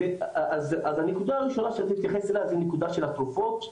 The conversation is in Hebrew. אז הנקודה הראשונה שאני רציתי להתייחס אליה זו הנקודה של התרופות,